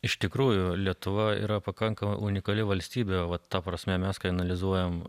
iš tikrųjų lietuva yra pakankamai unikali valstybė vot ta prasme mes kai analizuojam